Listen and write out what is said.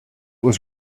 was